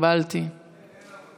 בלוחות